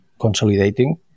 consolidating